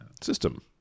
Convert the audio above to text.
system